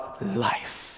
life